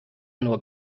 nur